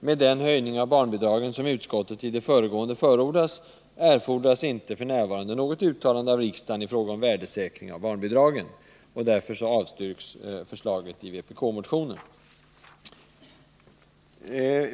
Med den höjning av barnbidragen som utskottet i det föregående förordat, erfordras inte f. n. något uttalande av riksdagen i fråga om värdesäkring av barnbidragen.” Därför avstyrks förslaget i vpk-motionen.